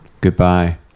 goodbye